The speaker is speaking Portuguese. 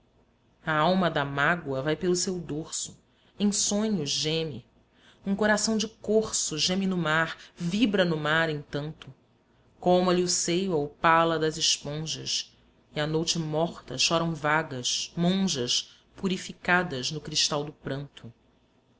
a alma da mágoa vai pelo seu dorso em sonhos geme um coração de corso geme no mar vibra no mar entanto colma lhe o seio a opala das esponjas e à noute morta choram vagas monjas purificadas no cristal do pranto